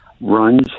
runs